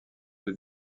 elle